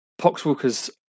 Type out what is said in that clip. Poxwalkers